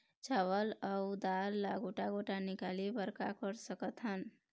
चावल अऊ दाल ला गोटा गोटा निकाले बर का कर सकथन?